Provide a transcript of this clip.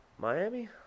Miami